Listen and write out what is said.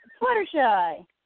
Fluttershy